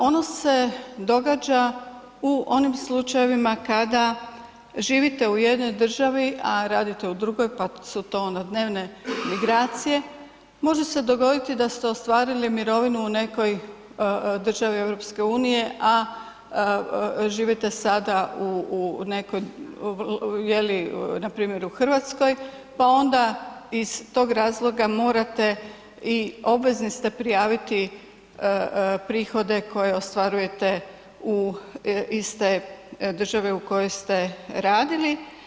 Ono se događa u onim slučajevima kada živite u jednoj državi a radite u drugoj pa su to onda dnevne migracije, može se dogoditi da ste ostvarili mirovinu u nekoj državi EU-a a živite sada u nekoj je li, npr. u Hrvatskoj pa onda iz tog razloga morate i obvezni ste prijaviti prihode koje ostvarujete iz te države u kojoj ste radili.